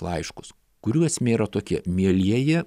laiškus kurių esmė yra tokia mielieji